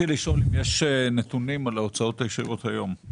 האם יש נתונים על ההוצאות הישירות היום?